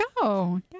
go